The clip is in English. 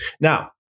Now